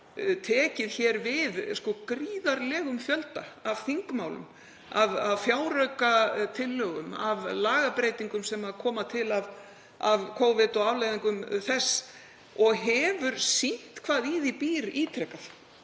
tekið hér við gríðarlegum fjölda af þingmálum, af fjáraukatillögum, af lagabreytingum sem koma til af Covid og afleiðingum þess og hefur sýnt hvað í því býr, ítrekað,